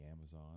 Amazon